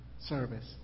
service